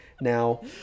Now